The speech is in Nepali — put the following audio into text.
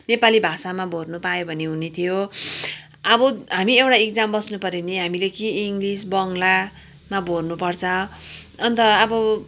नेपाली भाषामा भर्नु पाए भने हुने थियो अब हामी एउटा इक्जाम बस्नु पऱ्यो भने हामीले कि इङ्लिस बङ्गलामा भर्नु पर्छ अन्त अब